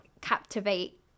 captivate